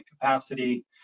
capacity